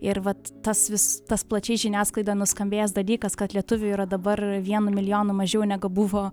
ir vat tas vis tas plačiai žiniasklaidoj nuskambėjęs dalykas kad lietuvių yra dabar vienu milijonu mažiau negu buvo